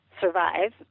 survive